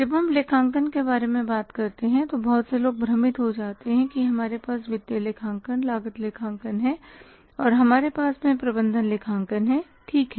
जब हम लेखांकन के बारे में बात करते हैं तो बहुत से लोग भ्रमित हो जाते हैं कि हमारे पास वित्तीय लेखांकन लागत लेखांकन है और हमारे पास प्रबंधन लेखांकन है ठीक है